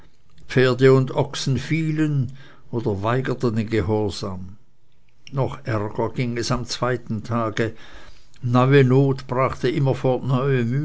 pferde und ochsen fielen oder weigerten den gehorsam noch ärger ging es am zweiten tage neue not brachte immerfort neue